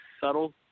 subtle